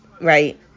right